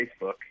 Facebook